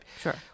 sure